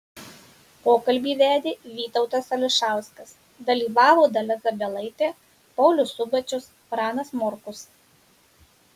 pokalbį vedė vytautas ališauskas dalyvavo dalia zabielaitė paulius subačius pranas morkus